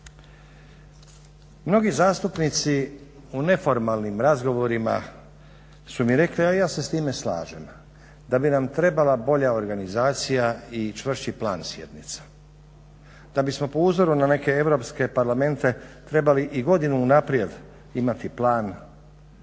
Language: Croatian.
Mnogi zastupnici u neformalnim razgovorima su mi rekli ja se s time slažem, da bi nam trebala bolja organizacija i čvršći plan sjednica, da bismo po uzoru na neke europske parlamente trebali i godinu unaprijed trebali imati plan rada